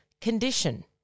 condition